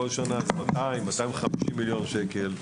בכל שנה 200 250 מיליון שקל.